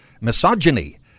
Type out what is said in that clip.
misogyny